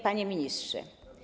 Panie Ministrze!